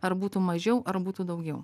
ar būtų mažiau ar būtų daugiau